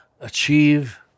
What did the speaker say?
achieve